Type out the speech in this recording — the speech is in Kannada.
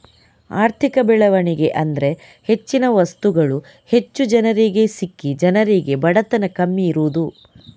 ಆರ್ಥಿಕ ಬೆಳವಣಿಗೆ ಅಂದ್ರೆ ಹೆಚ್ಚಿನ ವಸ್ತುಗಳು ಹೆಚ್ಚು ಜನರಿಗೆ ಸಿಕ್ಕಿ ಜನರಿಗೆ ಬಡತನ ಕಮ್ಮಿ ಇರುದು